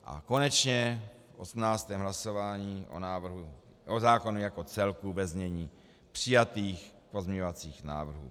A konečně 18. hlasování o zákonu jako celku ve znění přijatých pozměňovacích návrhů.